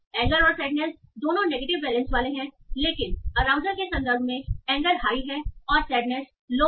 anger और sadness दोनों negative valence वाले हैंलेकिन अराउजल के संदर्भ में एंगर हाई है और सैडनेस लो है